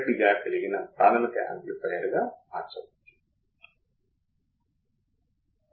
ఈ output voltage ని సున్నా చేయడానికిరెండు ఇన్పుట్ కర్రెంట్లు చిన్న మొత్తంతో విభిన్నంగా తయారవుతాయి